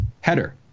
header